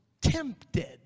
tempted